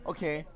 Okay